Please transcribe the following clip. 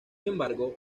embargo